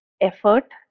effort